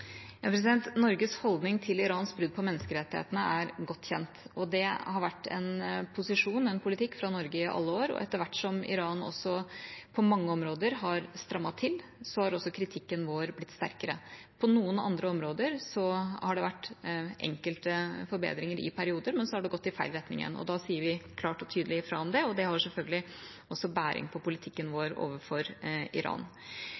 godt kjent, og det har vært en posisjon, en politikk, fra Norge i alle år, og etter hvert som Iran på mange områder har strammet til, har også kritikken vår blitt sterkere. På noen andre områder har det vært enkelte forbedringer i perioder, men så har det gått i feil retning igjen. Da sier vi klart og tydelig fra om det, og det har selvfølgelig også følger for politikken vår overfor Iran.